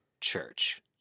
church